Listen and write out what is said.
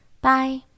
Bye